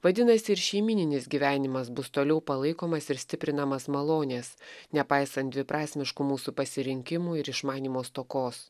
vadinasi ir šeimyninis gyvenimas bus toliau palaikomas ir stiprinamas malonės nepaisant dviprasmiškų mūsų pasirinkimų ir išmanymo stokos